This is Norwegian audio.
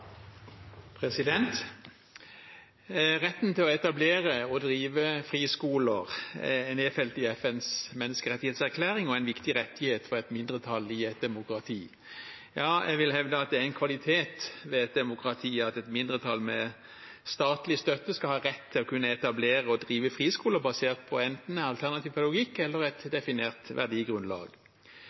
nedfelt i FNs menneskerettighetserklæring og er en viktig rettighet for et mindretall i et demokrati. Jeg vil hevde at det er en kvalitet ved et demokrati at et mindretall med statlig støtte skal ha rett til å kunne etablere og drive friskoler basert på enten alternativ pedagogikk eller et definert verdigrunnlag.